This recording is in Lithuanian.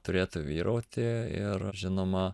turėtų vyrauti ir žinoma